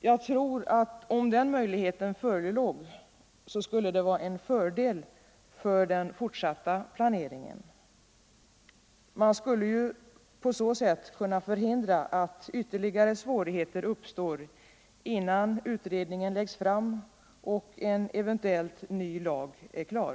Jag tror att om den möjligheten förelåg, så skulle detta vara en fördel för den fortsatta planeringen. Man skulle på så sätt kunna förhindra att ytterligare svårigheter uppstår innan utredningens betänkande läggs fram och en eventuell ny lag är klar.